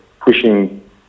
pushing